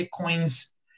Bitcoin's